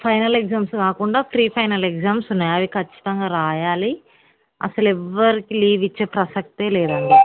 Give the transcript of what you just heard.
final exams కాకుండా pre final exams ఉన్నాయి అవి ఖచ్చితంగా రాయాలి అసలు ఎవ్వరికి లీవ్ ఇచ్చే ప్రసక్తే లేదండి